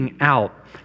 out